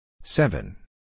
Seven